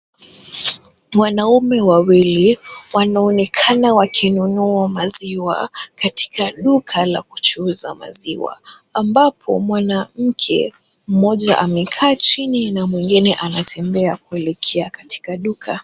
Mwanaume wawili wanaonekana wakinunua maziwa katika duka la kuchuuza maziwa ambapo mwanamke mmoja amekaa chini na mwengine anatembea kuelekea katika duka.